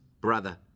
brother